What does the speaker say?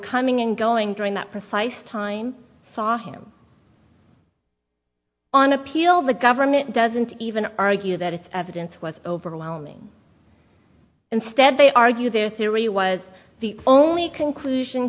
coming and going during that precise time saw him on appeal the government doesn't even argue that it's evidence was overwhelming instead they argue their theory was the only conclusion